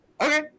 Okay